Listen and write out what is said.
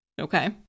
Okay